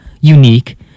unique